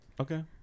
Okay